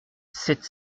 sept